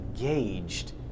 engaged